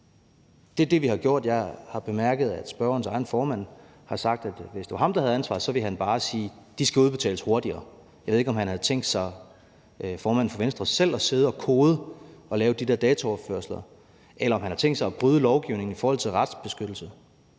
Det er det, vi har gjort. Jeg har bemærket, at spørgerens egen formand har sagt, at hvis det var ham, der havde ansvaret, ville han bare sige: De skal udbetales hurtigere. Jeg ved ikke, om formanden for Venstre havde tænkt sig selv at sidde og kode og lave de der dataoverførsler, eller om han havde tænkt sig at bryde lovgivningen i forhold til retsbeskyttelse,